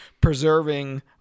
preserving